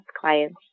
clients